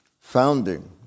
founding